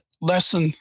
lesson